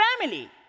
family